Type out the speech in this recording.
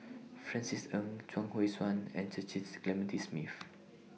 Francis Ng Chuang Hui Tsuan and Cecil's Clementi Smith